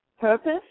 purpose